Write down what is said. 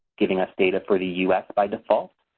giving us data for the us by default,